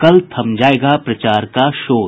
कल थम जायेगा प्रचार का शोर